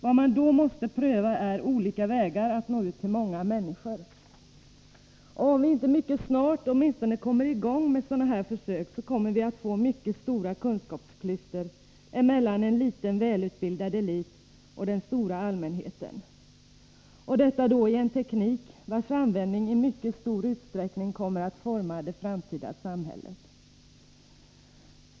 Vad man då måste pröva är olika vägar att nå ut till många människor. Om vi inte mycket snart åtminstone sätter i gång sådana här försök, kommer vi att få mycket stora kunskapsklyftor mellan en liten välutbildad elit och den stora allmänheten. Detta gäller då en teknik vars användning i mycket stor utsträckning kommer att forma det framtida samhället.